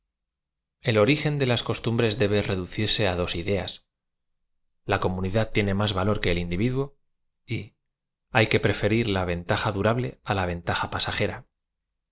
l origen de las costumbres debe reducirse á dos ideas la comunidad tiene más v a lo r que el indivi duo y h a y que p re fe rirla ventaja durable á la ven taja pasajera